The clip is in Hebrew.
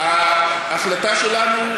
ההחלטה שלנו,